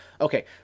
Okay